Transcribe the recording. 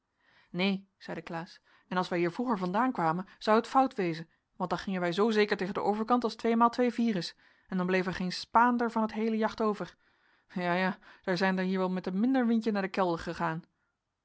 neen zeide klaas en als wij hier vroeger vandaan kwamen zou het fout wezen want dan gingen wij zoo zeker tegen den overkant als tweemaal twee vier is en dan bleef er geen spaander van het heele jacht over ja ja daar zijnder hier wel met een minder windje naar den kelder egaan